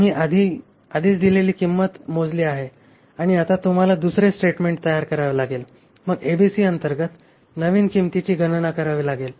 आम्ही आधीच दिलेली किंमत मोजली आहे आणि आता आम्हाला दुसरे स्टेटमेंट तयार करावे लागेल आणि मग एबीसी अंतर्गत नवीन किंमतीची गणना करावी लागेल